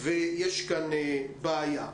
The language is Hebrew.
ויש כאן בעיה.